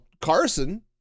Carson